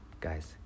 guys